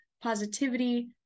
positivity